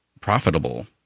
profitable